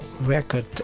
record